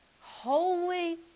Holy